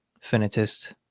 finitist